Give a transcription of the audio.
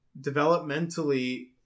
developmentally